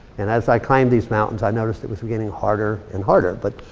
and as i climbed these mountains i noticed it was getting harder and harder. but,